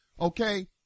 okay